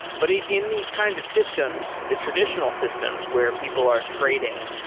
but ah in these kinds of systems, the traditional systems where people are trading,